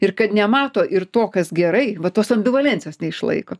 ir kad nemato ir to kas gerai va tos ambivalencijos neišlaiko